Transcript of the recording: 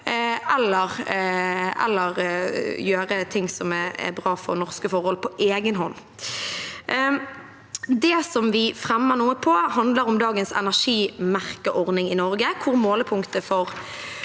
eller gjøre det som er bra for norske forhold på egen hånd. Det vi fremmer forslag om, handler om dagens energimerkeordning i Norge,